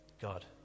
God